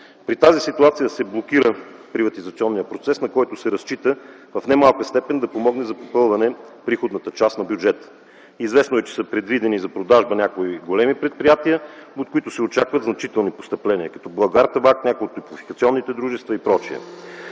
При тази ситуация се блокира приватизационният процес, на който се разчита в не малка степен да помогне за попълване на приходната част на бюджета. Известно е, че са предвидени за продажба някои големи предприятия, от които се очакват значителни постъпления – като „Булгартабак”, някои от топлофикационните дружества и пр.